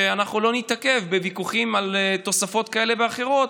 שלא נתעכב בוויכוחים על תוספות כאלה ואחרות.